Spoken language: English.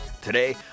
Today